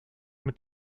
mit